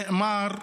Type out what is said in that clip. נאמר,